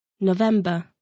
November